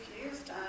confused